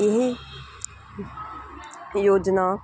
ਇਹ ਯੋਜਨਾ